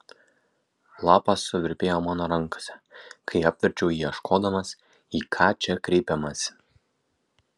lapas suvirpėjo mano rankose kai apverčiau jį ieškodamas į ką čia kreipiamasi